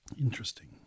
Interesting